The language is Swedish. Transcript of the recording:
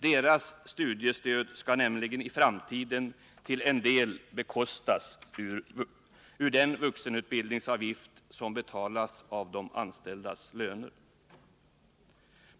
Deras studiestöd skall nämligen i framtiden till en del bekostas ur den vuxenutbildningsavgift som betalas av de anställdas löner.